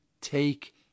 take